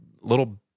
little